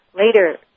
later